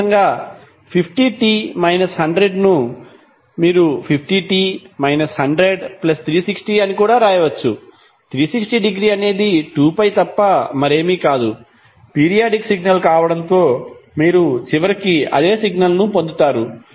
అదేవిధంగా మీరు 50t 100 ను 50t 100360 అని కూడా వ్రాయవచ్చు 360 డిగ్రీ అనేది 2π తప్ప మరేమీ కాదు పీరియాడిక్ సిగ్నల్ కావడంతో మీరు చివరికి అదే సిగ్నల్ పొందుతారు